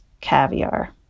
caviar